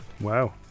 Wow